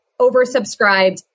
oversubscribed